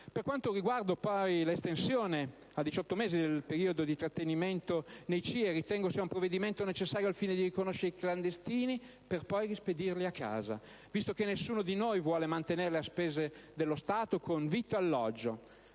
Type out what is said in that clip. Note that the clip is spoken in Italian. Per quanto riguarda l'estensione a 18 mesi del periodo di trattenimento nei CIE, ritengo esso sia un provvedimento necessario al fine di riconoscere i clandestini per poi rispedirli a casa, visto che nessuno di noi vuole mantenerli a spese dello Stato, con vitto e alloggio.